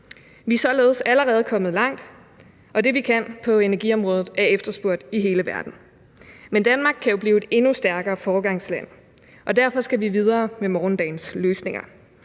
Vi er således allerede kommet langt, og det, vi kan på energiområdet, er efterspurgt i hele verden. Men Danmark kan jo blive et endnu stærkere foregangsland, og derfor skal vi videre med morgendagens løsninger.